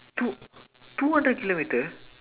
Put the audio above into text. two two hundred kilometer